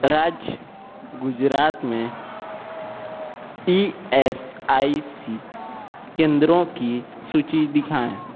राज्य गुजरात में E S I C केंद्रों की सूचि दिखाएँ